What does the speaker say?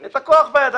את הכוח בידיים,